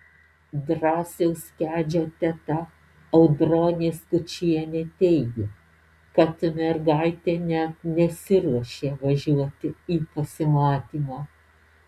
drąsiaus kedžio teta audronė skučienė teigė kad mergaitė net nesiruošė važiuoti į pasimatymą